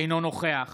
אינו נוכח